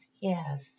yes